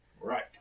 Right